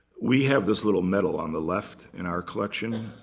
we have this little medal on the left in our collection.